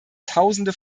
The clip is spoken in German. tausende